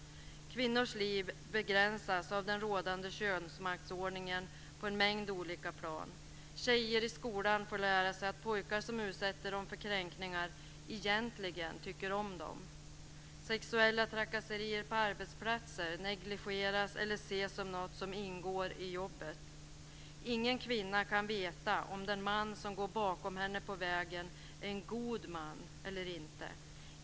Kvinnors liv begränsas av den rådande könsmaktsordningen på en mängd olika plan. Tjejer i skolan får lära sig att pojkar som utsätter dem för kränkningar egentligen tycker om dem. Sexuella trakasserier på arbetsplatser negligeras eller ses som något som ingår i jobbet. Ingen kvinna kan veta om den man som går bakom henne på vägen är en god man eller inte.